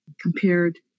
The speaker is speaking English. compared